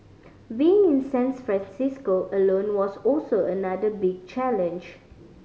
being in San Francisco alone was also another big challenge